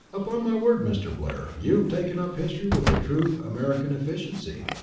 upon my word, mr. blair, you have taken up history with true american efficiency!